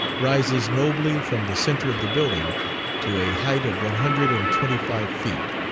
rises nobly from the centre of the building to a height of one hundred and twenty-five feet.